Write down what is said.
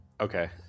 Okay